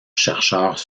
chercheurs